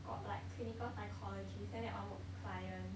got like clinical psychologist then that one work with clients